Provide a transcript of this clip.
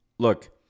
Look